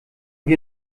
wir